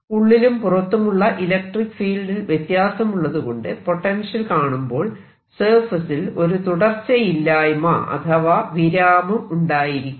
ഉള്ളിലും പുറത്തുമുള്ള ഇലക്ട്രിക്ക് ഫീൽഡിൽ വ്യത്യാസമുള്ളതുകൊണ്ട് പൊട്ടൻഷ്യൽ കാണുമ്പോൾ സർഫേസിൽ ഒരു തുടർച്ചയില്ലായ്മ അഥവാ വിരാമം ഉണ്ടായിരിക്കും